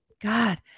God